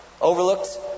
overlooked